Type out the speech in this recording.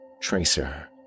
Tracer